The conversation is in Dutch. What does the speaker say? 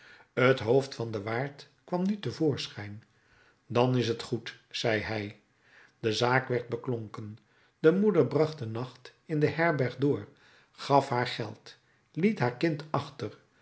t hoofd van den waard kwam nu te voorschijn dan is t goed zei hij de zaak werd beklonken de moeder bracht den nacht in de herberg door gaf haar geld liet haar kind achter